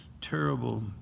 terrible